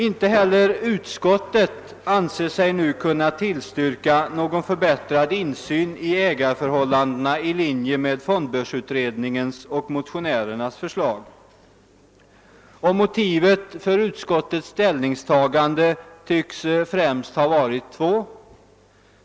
Inte heller utskottet anser sig nu kunna tillstyrka någon förbättrad insyn i ägarförhållandena i linje med fond börsutredningens och motionärernas förslag. Motiven för utskottets ställningstagande tycks främst ha varit två.